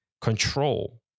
control